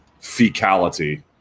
fecality